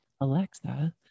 Alexa